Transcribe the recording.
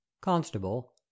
Constable